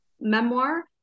memoir